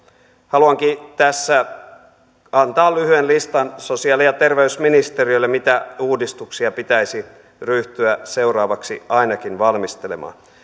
haluankin tässä antaa lyhyen listan sosiaali ja terveysministe riölle mitä uudistuksia pitäisi ryhtyä seuraavaksi ainakin valmistelemaan